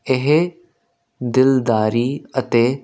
ਇਹ ਦਿਲਦਾਰੀ ਅਤੇ